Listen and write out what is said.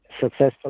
successful